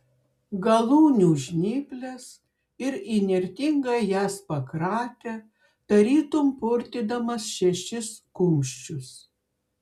galūnių žnyples ir įnirtingai jas pakratė tarytum purtydamas šešis kumščius